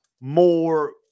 more